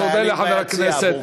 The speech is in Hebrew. תודה לחבר הכנסת מיקי לוי,